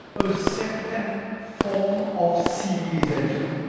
a certain form of civilization.